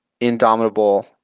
indomitable